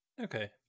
Okay